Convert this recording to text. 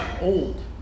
old